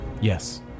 Yes